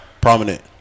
prominent